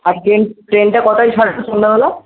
আর train ট্রেনটা কটায় ছাড়বে সন্ধ্যাবেলা